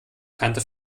kannte